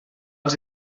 els